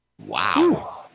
Wow